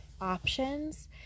options